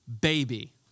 baby